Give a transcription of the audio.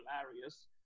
hilarious